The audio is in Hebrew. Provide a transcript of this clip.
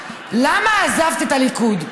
למה עזבת את הליכוד?